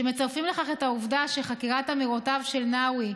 כשמצרפים לכך את העובדה שחקירת אמירותיו של נאווי